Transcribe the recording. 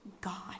God